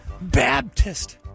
Baptist